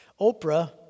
Oprah